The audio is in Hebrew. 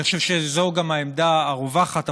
ואני חושב שזאת גם העמדה הרווחת,